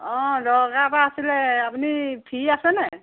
অঁ দৰকাৰ এটা আছিল আপুনি ফ্ৰি আছে নে